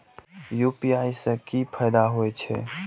UPI से की फायदा हो छे?